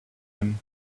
him